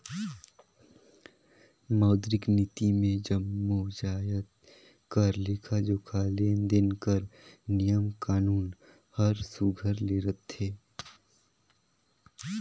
मौद्रिक नीति मे जम्मो जाएत कर लेखा जोखा, लेन देन कर नियम कानून हर सुग्घर ले रहथे